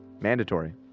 Mandatory